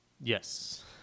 Yes